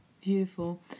beautiful